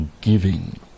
giving